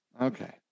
Okay